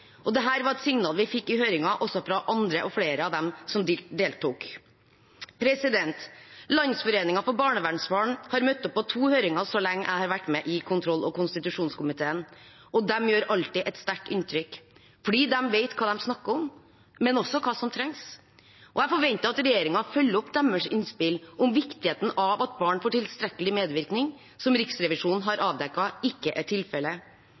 var et signal vi fikk også fra flere andre av dem som deltok i høringen. Landsforeningen for barnevernsbarn har møtt opp på to høringer så lenge jeg har vært med i kontroll- og konstitusjonskomiteen, og de gjør alltid et sterkt inntrykk, for de vet hva de snakker om, men også hva som trengs. Jeg forventer at regjeringen følger opp deres innspill om viktigheten av at barn får tilstrekkelig medvirkning, som Riksrevisjonen har avdekket ikke er tilfellet.